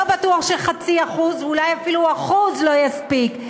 לא בטוח ש-0.5% ואולי אפילו 1% לא יספיק,